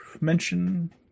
mention